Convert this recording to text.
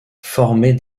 formée